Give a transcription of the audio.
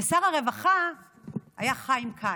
ושר הרווחה היה חיים כץ,